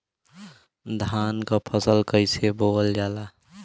धान क फसल कईसे बोवल जाला?